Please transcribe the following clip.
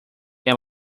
were